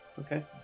okay